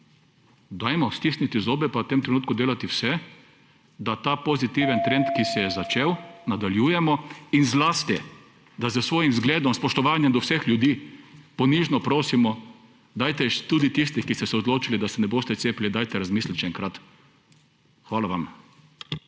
tem: stisnimo zobe, pa v tem trenutku delati vse, da ta pozitiven trend, ki se je začel, nadaljujemo, in zlasti, da s svojim zgledom, spoštovanjem do vseh ljudi, ponižno prosimo, dajte tudi tisti, ki ste se odločili, da se ne boste cepili, dajte razmisliti še enkrat. Hvala vam.